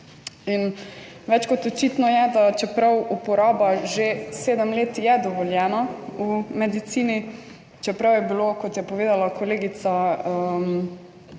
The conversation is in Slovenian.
in več kot očitno je, da čeprav uporaba že sedem let je dovoljena v medicini, čeprav je bilo, kot je povedala kolegica